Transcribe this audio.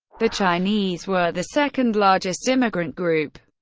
the chinese were the second largest immigrant group.